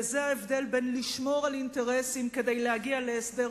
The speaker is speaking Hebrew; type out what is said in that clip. וזה ההבדל בין לשמור על אינטרסים כדי להגיע להסדר